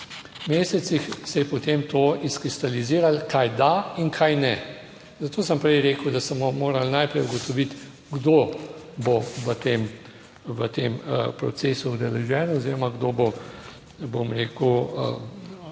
mesecih se je potem to izkristaliziralo kaj da in kaj ne, zato sem prej rekel, da smo morali najprej ugotoviti kdo bo v tem procesu udeležen oziroma kdo bo, bom rekel